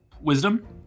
Wisdom